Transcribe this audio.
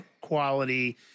quality